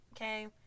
okay